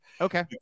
Okay